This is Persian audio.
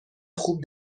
خوب